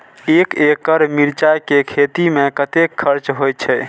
एक एकड़ मिरचाय के खेती में कतेक खर्च होय छै?